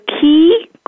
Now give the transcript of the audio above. key